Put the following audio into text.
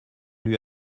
lui